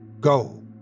Go